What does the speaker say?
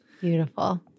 Beautiful